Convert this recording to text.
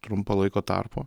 trumpo laiko tarpo